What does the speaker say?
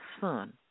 son